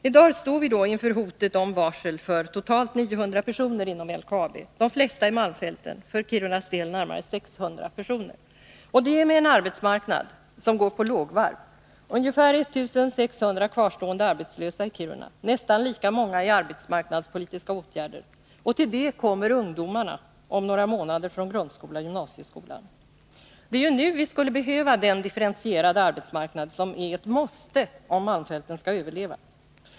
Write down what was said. I dag står vi inför hotet om varsel för totalt 900 personer inom LKAB, de flesta i malmfälten — för Kirunas del närmare 600 personer. Och det med en arbetsmarknad som går på lågvarv: ungefär 1 600 kvarstående arbetslösa i Kiruna, nästan lika många i arbetsmarknadspolitiska åtgärder. Till detta kommer om några månader ungdomarna från grundskolan och gymnasieskolan. Det är nu vi skulle behöva den differentierade arbetsmarknad som är ett måste om malmfälten skall överleva.